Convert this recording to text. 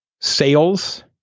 sales